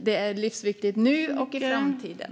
Den är livsviktig nu och i framtiden.